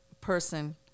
person